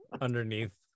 underneath